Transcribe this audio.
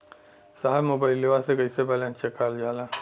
साहब मोबइलवा से कईसे बैलेंस चेक करल जाला?